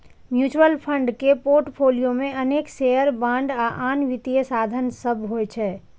mutual fund के portfolio मे अनेक शेयर, बांड आ आन वित्तीय साधन सभ होइ छै